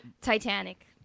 Titanic